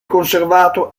conservato